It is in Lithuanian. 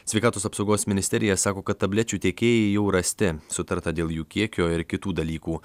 sveikatos apsaugos ministerija sako kad tablečių tiekėjai jau rasti sutarta dėl jų kiekio ir kitų dalykų